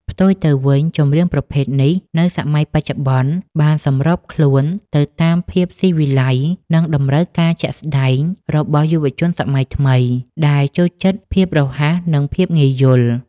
ផ្ទុយទៅវិញ ចម្រៀងប្រភេទនេះ នៅសម័យបច្ចុប្បន្ន បានសម្របខ្លួនទៅតាមភាពស៊ីវិល័យ និងតម្រូវការជាក់ស្ដែងរបស់យុវជនសម័យថ្មី ដែលចូលចិត្តភាពរហ័ស និងភាពងាយយល់។